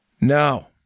no